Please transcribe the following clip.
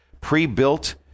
pre-built